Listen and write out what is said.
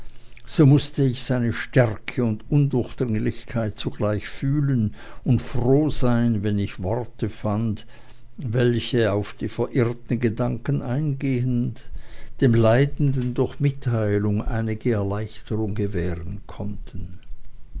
so mußte ich seine stärke und undurchdringlichkeit sogleich fühlen und froh sein wenn ich worte fand welche auf die verirrten gedanken eingehend dem leidenden durch mitteilung einige erleichterung gewähren konnten